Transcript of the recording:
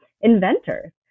inventors